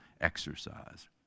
exercise